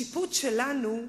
השיפוט שלנו,